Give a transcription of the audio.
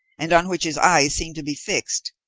and on which his eyes seemed to be fixed,